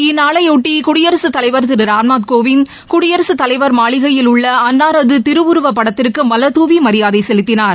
இந்நாளையொட்டி குடியரசுத் தலைவர் திரு ராம்நாத்கோவிந்த் குடியரசுத் தலைவர் மாளிகையில் உள்ள அன்னாரது திருவுருவப் படத்திற்கு மலர்துவி மரியாதை செலுத்தினார்